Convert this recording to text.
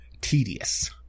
tedious